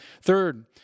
Third